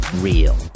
Real